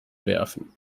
werfen